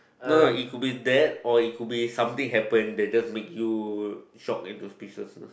no no it could be that or it could be something happened that just make you shock into speechlessness